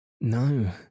No